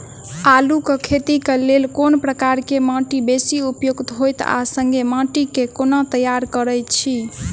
आलु केँ खेती केँ लेल केँ प्रकार केँ माटि बेसी उपयुक्त होइत आ संगे माटि केँ कोना तैयार करऽ छी?